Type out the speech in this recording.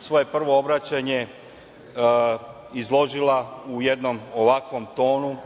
svoje prvo obraćanje izložila u jednom ovakvom tonu.